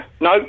No